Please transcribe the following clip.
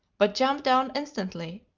but jump down instantly,